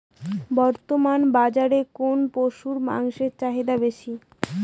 বর্তমান বাজারে কোন পশুর মাংসের চাহিদা বেশি?